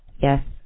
Yes